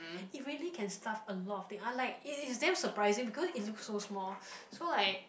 it really can stuff a lot of thing unlike if if then surprising because it looks so small so like